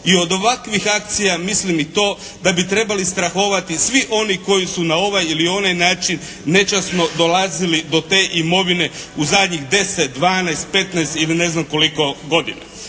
i od ovakvih akcija mislim i to, da bi trebali strahovati svi oni koji su na ovaj ili onaj način nečasno dolazili do te imovine u zadnjih 10, 12, 15 ili ne znam koliko godina.